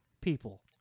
people